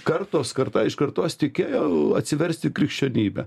kartos karta iš kartos tikėjo atsiverst į krikščionybę